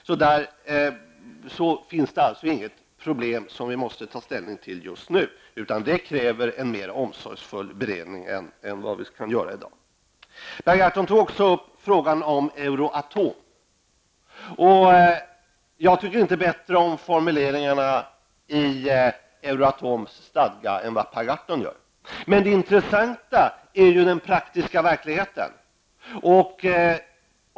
Där finns det alltså inte något problem som vi måste ta ställning till just nu. Det kräver en mer omsorgsfull beredning än vad vi kan göra i dag. Per Gahrton tog också upp frågan om Euratom. Jag tycker inte bättre om formuleringarna i Euratoms stadga än vad Per Gahrton gör, men det intressanta är den praktiska verkligheten.